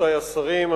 רבותי השרים,